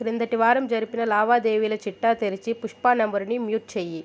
క్రిందటి వారం జరిపిన లావాదేవీల చిట్టా తెరచి పుష్ప నంబరుని మ్యూట్ చేయి